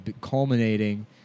culminating